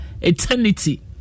Eternity